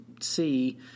see